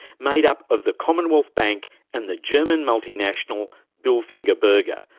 made up of the commonwealth bank and the german multinational bilfinger berger,